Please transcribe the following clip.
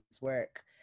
work